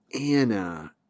Anna